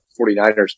49ers